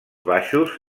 baixos